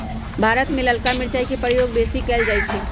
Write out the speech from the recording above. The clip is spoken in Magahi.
भारत में ललका मिरचाई के प्रयोग बेशी कएल जाइ छइ